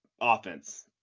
offense